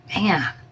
Man